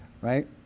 right